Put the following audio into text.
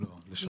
לא, לשכות,